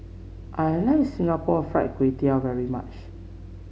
I Like Singapore Fried Kway Tiao very much